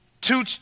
two